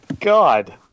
god